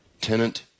tenant